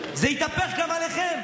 זה יתהפך גם עליכם.